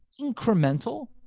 incremental